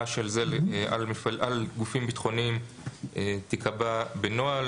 של זה על גופים ביטחוניים תיקבע בנוהל,